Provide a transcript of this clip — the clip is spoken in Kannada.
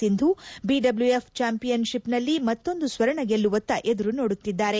Sindhu BWF championship ನಲ್ಲಿ ಮತ್ತೊಂದು ಸ್ವರ್ಣ ಗೆಲ್ಲುವತ್ತ ಎದುರು ನೋಡುತ್ತಿದ್ದಾರೆ